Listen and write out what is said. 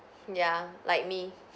ya like me